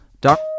Doc